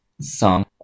song